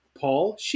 Paul